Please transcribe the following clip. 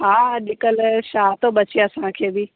हा अॼकल्ह छा थो बचे असांखे बि